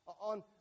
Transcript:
On